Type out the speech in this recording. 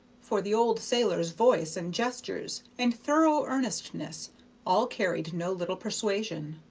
for the old sailor's voice and gestures and thorough earnestness all carried no little persuasion.